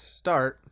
start